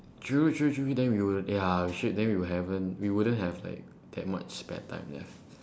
true true true then we would ya we should then we haven't we wouldn't have like that much spare time ya